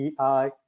EI